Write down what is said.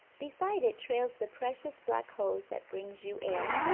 beside it trails the precious black hose that brings you air.